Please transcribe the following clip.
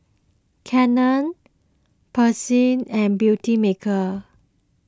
Canon Persil and Beautymaker